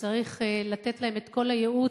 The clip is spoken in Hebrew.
וצריך לתת להם את כל הייעוץ,